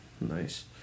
nice